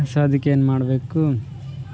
so ಅದ್ಕೇನು ಮಾಡಬೇಕು